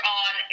on